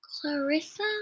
Clarissa